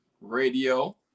radio